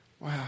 Wow